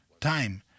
time